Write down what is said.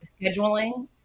scheduling